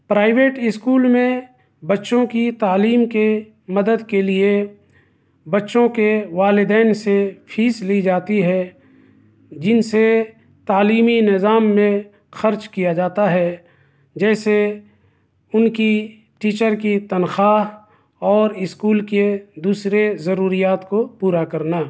private school میں بچوں کی تعلیم کے مدد کے لیے بچوں کے والدین سے فیس لی جاتی ہے جن سے تعلیمی نظام میں خرچ کیا جاتا ہے جیسے ان کی ٹیچر کی تنخواہ اور اسکول کے دوسرے ضروریات کو پورا کرنا